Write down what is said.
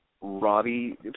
Robbie